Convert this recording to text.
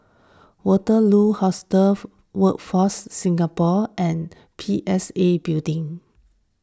Waterloo Hostel Workforce Singapore and P S A Building